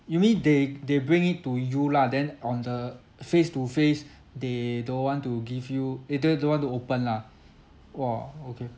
you mean they they bring it to you lah then on the face to face they don't want to give you eh they don't want to open lah !wah! okay